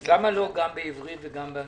- אז למה לא גם בעברית וגם באנגלית?